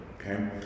okay